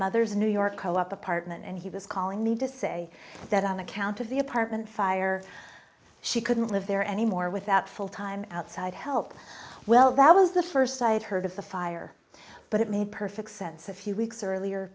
mother's new york co op apartment and he was calling me to say that on account of the apartment fire she couldn't live there anymore without full time outside help well that was the first site heard of the fire but it made perfect sense a few weeks earlier